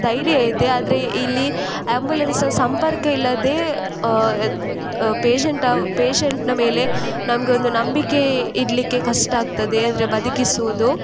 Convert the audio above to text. ಧೈರ್ಯ ಇದೆ ಆದರೆ ಇಲ್ಲಿ ಆಂಬ್ಯುಲೆನ್ಸ್ನ ಸಂಪರ್ಕ ಇಲ್ಲದೆ ಪೇಶೆಂಟ ಪೇಶೆಂಟ್ನ ಮೇಲೆ ನಮ್ಗೆ ಒಂದು ನಂಬಿಕೆ ಇಡಲಿಕ್ಕೆ ಕಷ್ಟ ಆಗ್ತದೆ ಅಂದರೆ ಬದುಕಿಸುವುದು